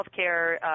healthcare